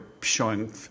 showing